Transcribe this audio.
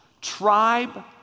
Tribe